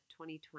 2020